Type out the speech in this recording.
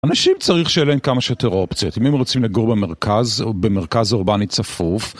אנשים צריך שיהיה להם כמה שיותר אופציות, אם הם רוצים לגור במרכז או במרכז אורבני צפוף.